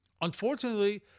Unfortunately